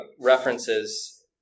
references